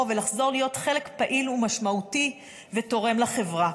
ולחזור להיות חלק פעיל ומשמעותי ותורם לחברה.